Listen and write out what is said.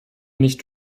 nicht